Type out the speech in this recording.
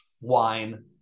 Wine